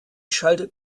schaltet